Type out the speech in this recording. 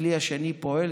הכלי השני פועל.